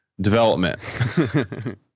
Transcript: development